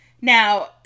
Now